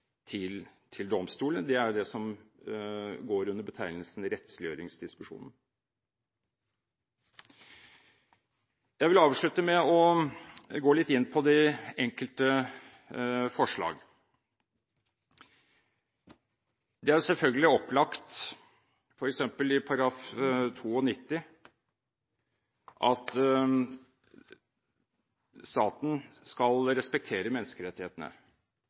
organet til domstolene. Det er det som går under betegnelsen «rettsliggjøringsdiskusjonen». Jeg vil så gå litt inn på de enkelte forslag. Det er selvfølgelig opplagt, f.eks. i § 92, at staten skal respektere menneskerettighetene.